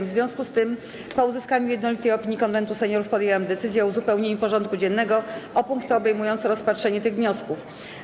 W związku z tym, po uzyskaniu jednolitej opinii Konwentu Seniorów, podjęłam decyzję o uzupełnieniu porządku dziennego o punkty obejmujące rozpatrzenie tych wniosków.